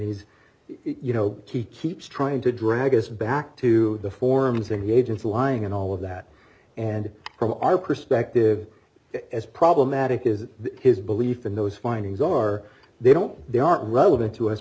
he's you know he keeps trying to drag us back to the form things agents lying and all of that and from our perspective as problematic is his belief in those findings are they don't they aren't relevant to us